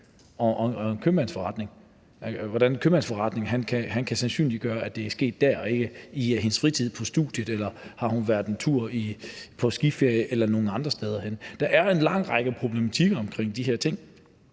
en købmandsforretning, hvordan kan købmanden sandsynliggøre, at det er sket der og ikke i hendes fritid, på studiet eller på en skiferie, hvis hun har været det, eller andre steder. Der er da en lang række problematikker omkring de her ting,